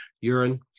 urine